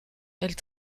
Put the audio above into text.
elle